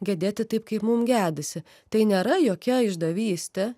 gedėti taip kaip mum gedisi tai nėra jokia išdavystė